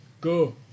Go